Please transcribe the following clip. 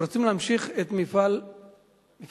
ורוצים להמשיך את מפעל חייהם.